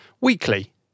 weekly